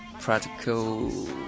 practical